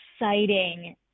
exciting